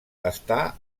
està